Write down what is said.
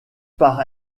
par